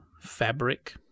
fabric